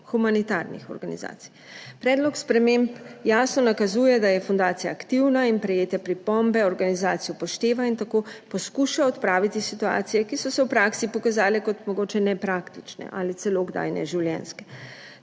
humanitarnih organizacij. Predlog sprememb jasno nakazuje, da je fundacija aktivna in prejete pripombe organizacij upošteva in tako poskuša odpraviti situacije, ki so se v praksi pokazale kot mogoče nepraktične ali celo kdaj neživljenjske.